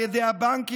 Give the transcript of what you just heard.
על ידי הבנקים,